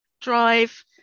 drive